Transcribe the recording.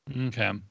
Okay